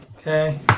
Okay